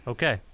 Okay